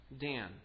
Dan